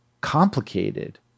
complicated